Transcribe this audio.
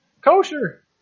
Kosher